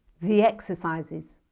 the exercises